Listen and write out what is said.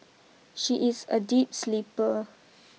she is a deep sleeper